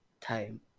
time